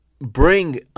bring